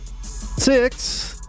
Six